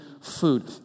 food